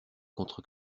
contre